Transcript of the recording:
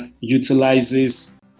utilizes